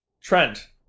Trent